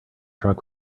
truck